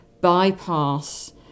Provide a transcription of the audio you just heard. bypass